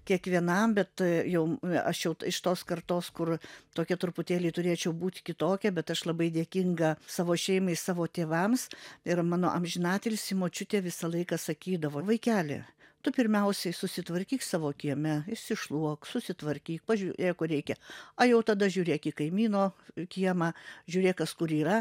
kiekvienam bet jau aš jau iš tos kartos kur tokia truputėlį turėčiau būti kitokia bet aš labai dėkinga savo šeimai savo tėvams ir mano amžinatilsį močiutė visą laiką sakydavo vaikeli tu pirmiausiai susitvarkyk savo kieme išsišluok susitvarkyk pažiūrėk kur reikia o jau tada žiūrėk į kaimyno kiemą žiūrėk kas kur yra